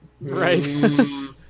right